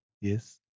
Yes